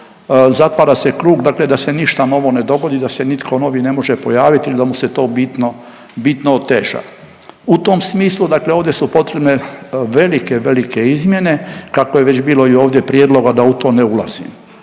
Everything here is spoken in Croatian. zatvara se krug dakle da se ništa novo ne dogodi da se nitko novi ne može pojaviti ili da mu se to bitno, bitno oteža. U tom smislu dakle ovdje su potrebne velike, velike izmjene kako je već bilo i ovdje prijedloga, da u to ne ulazim.